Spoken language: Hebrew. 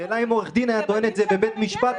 השאלה: אם עורך דין היה טוען את זה בבית משפט,